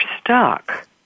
stuck